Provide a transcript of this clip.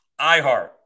iHeart